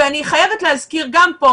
אני חייבת להזכיר גם פה,